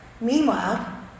Meanwhile